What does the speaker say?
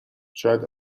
شاید